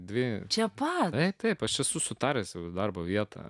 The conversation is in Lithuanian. dvi čia parą taip aš esu sutaręs darbo vietą